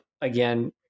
again